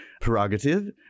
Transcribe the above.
prerogative